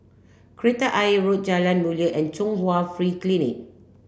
Kreta Ayer Road Jalan Mulia and Chung Hwa Free Clinic